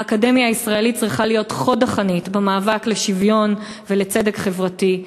האקדמיה הישראלית צריכה להיות חוד החנית במאבק לשוויון ולצדק חברתי,